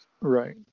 Right